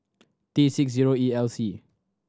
T six zero E L C